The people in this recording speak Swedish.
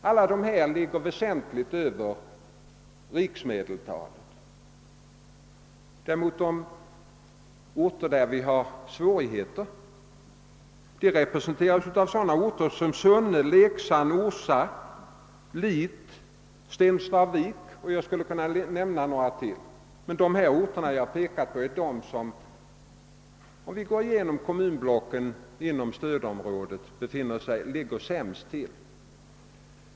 I alla dessa städer ligger siffrorna väsentligt över riksmedeltalet. Svårigheter finner vi däremot i sådana orter som Sunne, Leksand, Orsa, Lit m.fl. Det är dessa orter inom stödområdet som ligger sämst till.